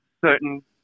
certain